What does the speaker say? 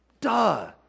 Duh